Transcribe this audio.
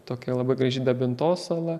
tokia labai graži dabintos sala